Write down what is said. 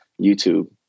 youtube